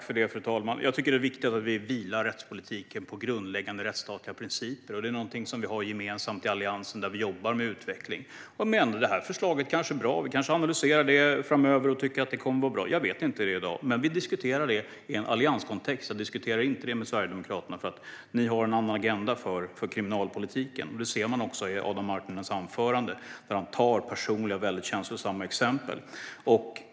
Fru talman! Jag tycker att det är viktigt att vi låter rättspolitiken vila på grundläggande rättsstatliga principer. Detta är någonting som vi har gemensamt i Alliansen, där vi jobbar med utveckling. Detta förslag kanske är bra - vi kanske analyserar det framöver och tycker att det är bra. Jag vet inte det i dag. Men vi diskuterar det i en allianskontext. Jag diskuterar inte detta med Sverigedemokraterna, för ni har en annan agenda för kriminalpolitiken. Det ser man också i Adam Marttinens anförande, där han tar upp personliga och väldigt känslosamma exempel.